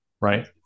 Right